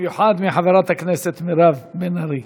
במיוחד מחברת הכנסת מירב בן ארי.